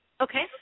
okay